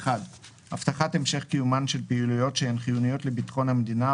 הבטחת המשך קיומן של פעילויות שהן חיוניות לביטחון המדינה,